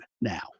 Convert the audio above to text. now